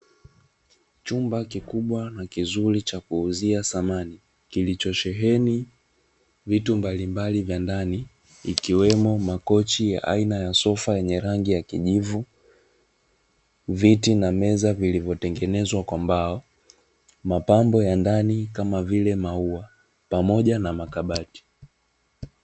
Chumba kikubwa na kizuri cha kuuzia samani, kilichosheheni vitu mbalimbali vya ndani ikiwemo makochi ya aina ya sofa yenye rangi ya kijivu, viti na meza vilivyotengenezwa kwa mbao. Mapambo ya ndani kama vile maua pamoja na makabati.